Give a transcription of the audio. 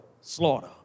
slaughter